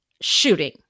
shooting